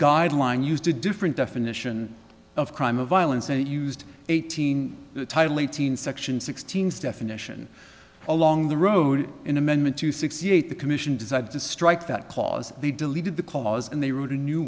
guideline used a different definition of crime of violence and it used eighteen title eighteen section sixteen's definition along the road in amendment two sixty eight the commission decided to strike that clause they deleted the cause and they wrote a new